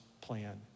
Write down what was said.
plan